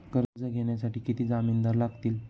कर्ज घेण्यासाठी किती जामिनदार लागतील?